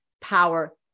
power